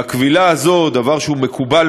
אבל הם לא קיימים